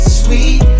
sweet